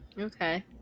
Okay